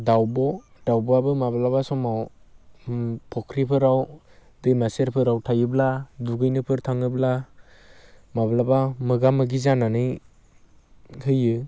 दाउब' दाउब'आबो माब्लाबा समाव फुख्रिफोराव दैमा सेरफोराव थायोब्ला दुगैनोफोर थाङोब्ला माब्लाबा मोगा मोगि जानानै होयो